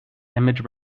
image